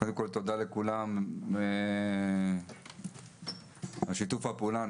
קודם כול, תודה לכולם על שיתוף הפעולה.